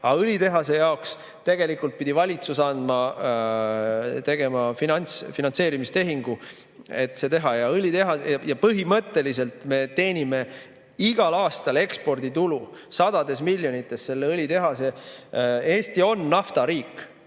Aga õlitehase jaoks tegelikult pidi valitsus tegema finantseerimistehingu, et see teha. Ja põhimõtteliselt me teenime igal aastal eksporditulu sadades miljonites selle õlitehasega. Eesti on naftariik.